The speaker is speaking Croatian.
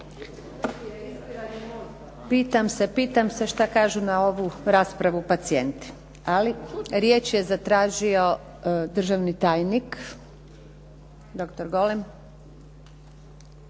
pitam šta kažu na ovu raspravu pacijenti. Ali riječ je zatražio državni tajnik dr. Golem.